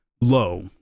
low